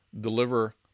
deliver